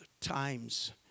Times